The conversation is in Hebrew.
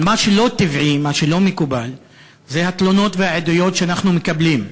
אבל מה שלא טבעי ולא מקובל זה התלונות והעדויות שאנחנו מקבלים,